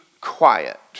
quiet